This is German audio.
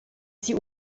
sie